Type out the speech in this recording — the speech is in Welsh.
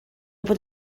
bod